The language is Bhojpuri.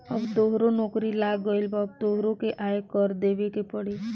अब तोहरो नौकरी लाग गइल अब तोहरो के आय कर देबे के पड़ी